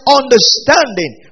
understanding